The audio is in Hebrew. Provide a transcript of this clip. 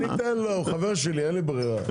מה תיתן לו, הוא חבר שלי, אין לי ברירה.